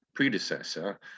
predecessor